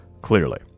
Clearly